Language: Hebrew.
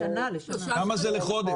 כמה זה לחודש?